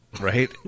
right